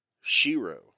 Shiro